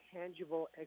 tangible